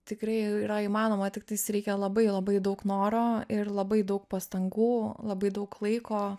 tikrai yra įmanoma tik tais reikia labai labai daug noro ir labai daug pastangų labai daug laiko